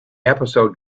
episode